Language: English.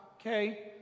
Okay